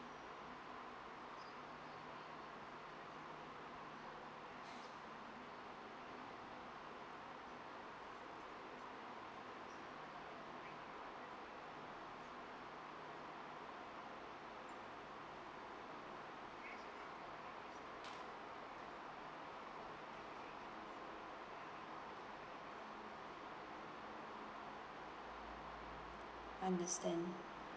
understand